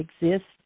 exists